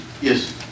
Yes